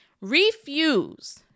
Refuse